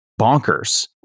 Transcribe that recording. bonkers